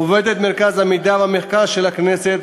עובדת מרכז המחקר והמידע של הכנסת,